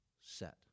set